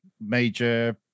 Major